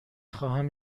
خواهم